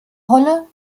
rolle